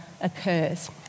occurs